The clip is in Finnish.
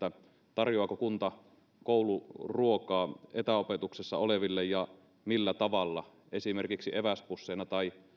tarjoaako kunta kouluruokaa etäopetuksessa oleville ja millä tavalla esimerkiksi eväspusseina tai